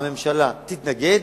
הממשלה תתנגד.